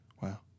Wow